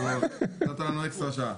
נתת לנו אקסטרה שעה.